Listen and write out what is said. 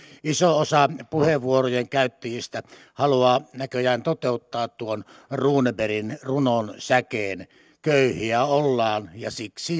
iso osa puheenvuorojen käyttäjistä haluaa näköjään toteuttaa tuon runebergin runon säkeen köyhiä ollaan ja siksi